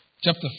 chapter